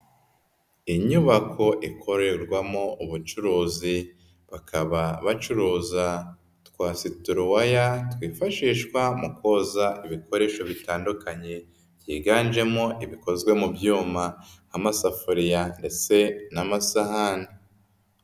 Inyubako ikorerwamo ubucuruzi, bakaba bacuruza twa situruwaya twifashishwa mu koza ibikoresho bitandukanye byiganjemo ibikozwe mu byuma nk'amasafuririya ndetse n'amasahani.